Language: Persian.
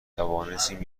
توانستیم